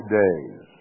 days